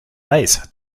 weiß